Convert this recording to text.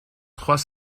trois